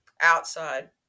outside